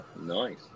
Nice